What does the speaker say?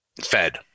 Fed